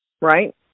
Right